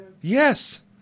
Yes